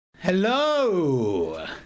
Hello